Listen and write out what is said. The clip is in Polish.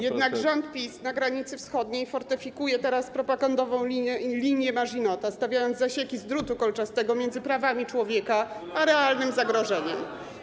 jednak rząd PiS na granicy wschodniej fortyfikuje teraz propagandową linię Maginota, stawiając zasieki z drutu kolczastego między prawami człowieka a realnym zagrożeniem.